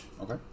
Okay